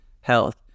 health